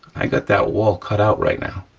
i got that wall cut out right now,